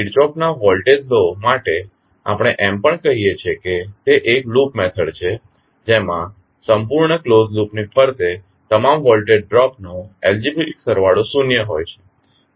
કિર્ચોફના voltage law Kirchhoff's voltage law માટે આપણે એમ પણ કહીએ છીએ કે તે એક લૂપ મેથડ છે જેમાં સંપૂર્ણ ક્લોઝ લૂપ ની ફરતે તમામ વોલ્ટેજ ડ્રોપ નો એલ્જીબ્રીક સરવાળો શૂન્ય હોય છે